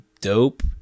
dope